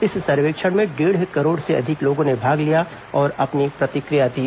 इस सर्वेक्षण में डेढ़ करोड़ से अधिक लोगों ने भाग लिया और अपनी प्रतिक्रिया दी